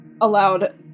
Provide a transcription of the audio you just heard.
allowed